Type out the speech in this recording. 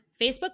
Facebook